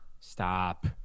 stop